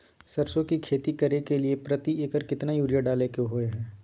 सरसो की खेती करे के लिये प्रति एकर केतना यूरिया डालय के होय हय?